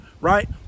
right